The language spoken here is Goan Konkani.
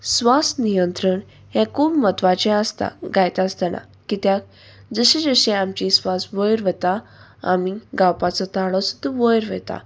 स्वास नियंत्रण हें खूब म्हत्वाचें आसता गायता आसतना कित्याक जशें जशी आमची स्वास वयर वता आमी गावपाचो तळो सुद्दां वयर वता